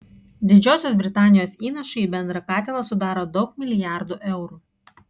didžiosios britanijos įnašai į bendrą katilą sudaro daug milijardų eurų